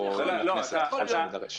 כרגע זה לא על הפרק.